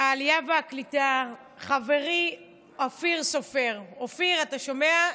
העלייה והקליטה חברי אופיר סופר, אופיר, אתה שומע?